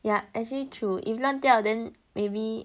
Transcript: ya actually true if 乱掉 then maybe